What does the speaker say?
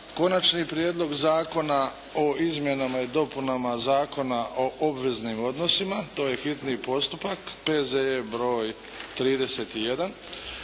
ovaj Prijedlog zakona o izmjenama i dopunama Zakona o obveznim odnosima koji je ovdje dostavljen